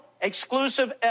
exclusive